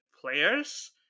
players